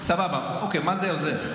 סבבה, מה זה עוזר?